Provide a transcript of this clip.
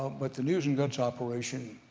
but the news and guts operation